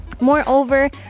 Moreover